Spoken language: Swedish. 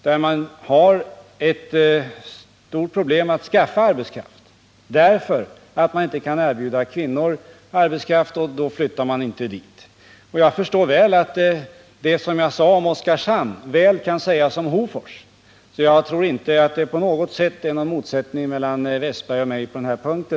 Där har man stora problem med att skaffa arbetskraft, på grund av att man inte kan erbjuda kvinnorna arbetstillfällen — och då flyttar inte människorna dit. Det som jag sade om Oskarshamn kan väl sägas om Hofors, så jag tror inte att det på något sätt råder motsättning mellan Olle Westberg och mig på denna punkt.